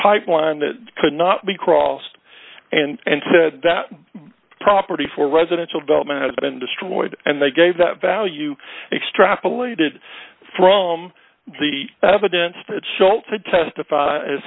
pipeline that cannot be crossed and said that property for residential development has been destroyed and they gave that value extrapolated from the evidence that sholto testif